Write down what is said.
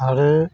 आरो